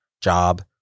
Job